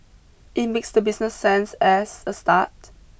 it makes the business sense as a start